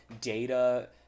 data